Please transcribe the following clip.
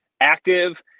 active